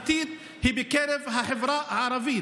כי מצוקת הדיור האמיתית היא בקרב החברה הערבית.